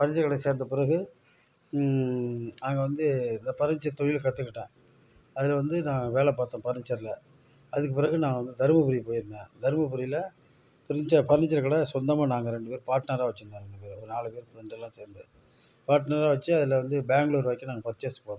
furniture கடையில் சேர்ந்த பிறகு அங்கே வந்து இந்த பர்னிச்சர் தொழிலை கத்துக்கிட்டேன் அதில் வந்து நான் வேலை பாத்தேன் பர்னிச்சரில் அதுக்கு பிறகு நான் தர்மபுரி போயிருந்தேன் தர்மபுரியில் பர்னிச்சர் பர்னிச்சர் கடை சொந்தமாக நாங்கள் ரெண்டு பேர் பார்ட்னராக வச்சிருந்தோம் ரெண்டு பேர் நாலு பேர் ஃப்ரெண்டெல்லாம் சேர்ந்து பார்ட்னராக வச்சு அதில் வந்து பேங்களூர் வரைக்கும் நாங்கள் பர்ச்சேஸ் பண்ணோம்